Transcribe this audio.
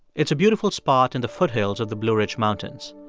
it's a beautiful spot in the foothills of the blue ridge mountains.